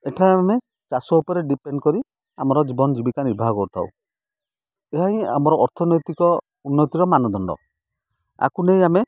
ଏଠାରେ ଆମେ ଚାଷ ଉପରେ ଡିପେଣ୍ଡ କରି ଆମର ଜୀବନ ଜୀବିକା ନିର୍ବାହ କରିଥାଉ ଏହା ହିଁ ଆମର ଅର୍ଥନୈତିକ ଉନ୍ନତିର ମାନଦଣ୍ଡ ଆକୁ ନେଇ ଆମେ